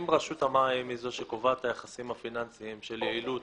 אם רשות המים היא זו שקובעת את היחסים הפיננסיים של יעילות,